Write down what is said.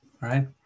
right